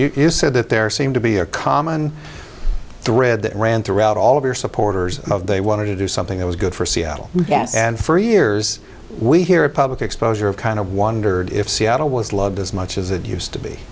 you you said that there seemed to be a common thread that ran throughout all of your supporters of they wanted to do something that was good for seattle yes and for years we hear a public exposure of kind of wondered if seattle was loved as much as it used to be